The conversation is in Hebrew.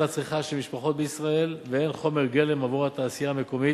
הצריכה של משפחות בישראל והן חומר גלם עבור התעשייה המקומית,